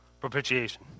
Propitiation